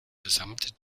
gesamte